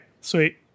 sweet